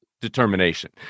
determination